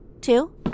Two